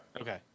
Okay